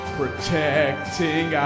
protecting